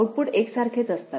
output एकसारखेच असतात